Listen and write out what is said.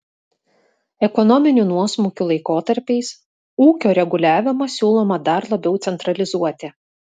ekonominių nuosmukių laikotarpiais ūkio reguliavimą siūloma dar labiau centralizuoti